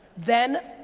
then,